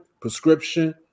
prescription